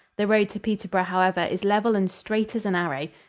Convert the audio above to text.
the road to peterborough, however, is level and straight as an arrow.